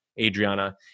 Adriana